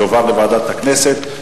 תועברנה לוועדת הכנסת,